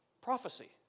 prophecy